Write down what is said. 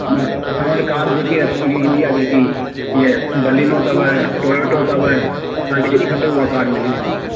अमर असां वटि कार जेकी ईअं ईंदी आहे जेकी ईअं बलेनो तव टोरंटो अथव तव्हांखे जहिड़ी खपे उहा कार मिली वेंदी